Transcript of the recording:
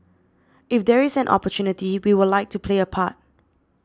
if there is an opportunity we would like to play a part